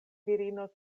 virino